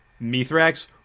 Mithrax